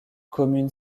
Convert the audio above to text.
commune